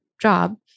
job